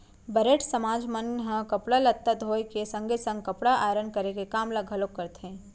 बरेठ समाज मन ह कपड़ा लत्ता धोए के संगे संग कपड़ा आयरन करे के काम ल घलोक करथे